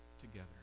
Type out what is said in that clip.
together